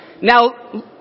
Now